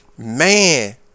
Man